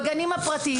בגנים הפרטיים